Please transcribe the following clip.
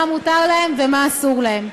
מה מותר להם ומה אסור להם.